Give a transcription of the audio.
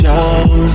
out